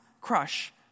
crush